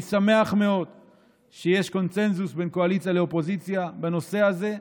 אני שמח מאוד שיש קונסנזוס בין קואליציה לאופוזיציה בנושא הזה,